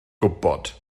gwybod